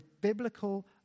biblical